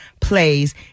plays